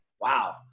wow